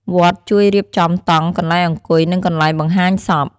វត្តជួយរៀបចំតង់ កន្លែងអង្គុយ និងកន្លែងបង្ហាញសព។